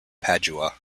padua